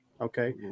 Okay